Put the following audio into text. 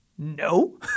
No